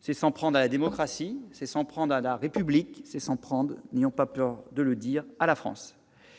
C'est s'en prendre à la démocratie. C'est s'en prendre à la République. C'est s'en prendre, n'ayons pas peur de le dire, à la France.